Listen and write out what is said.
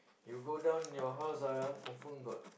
you go down your house ah confirm got